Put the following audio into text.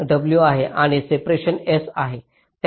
आहे w आणि separation s आहे